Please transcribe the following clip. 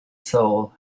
soul